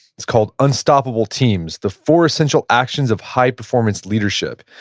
it's called unstoppable teams the four essential actions of high-performance leadership.